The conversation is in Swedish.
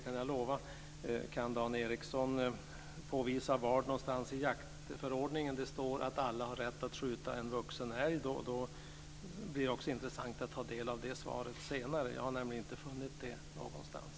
Kan Dan Ericsson påvisa var i jaktförordningen det står att alla har rätt att skjuta en vuxen älg, då vore det intressant att ta del av det svaret senare. Jag har nämligen inte funnit det någonstans.